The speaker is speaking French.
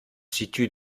situe